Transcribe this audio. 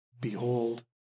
Behold